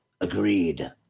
Agreed